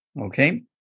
Okay